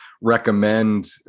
recommend